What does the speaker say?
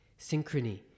synchrony